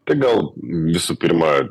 tai gal visų pirma